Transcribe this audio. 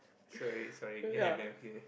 sorry sorry again i never hear